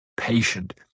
patient